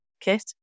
kit